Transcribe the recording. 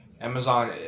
Amazon